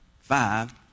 Five